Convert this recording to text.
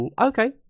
Okay